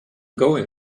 going